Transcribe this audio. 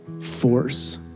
force